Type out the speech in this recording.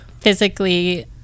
Physically